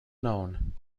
known